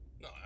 No